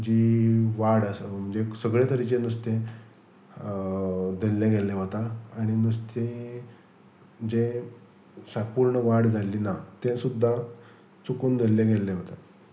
जी वाड आसा म्हणजे सगळे तरेचें नुस्तें धरल्ले गेल्लें वता आनी नुस्तें जें पूर्ण वाड जाल्ली ना तें सुद्दा चुकून धरल्ले गेल्लें वता